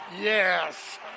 yes